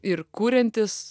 ir kuriantys